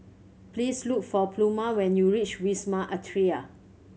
please look for Pluma when you reach Wisma Atria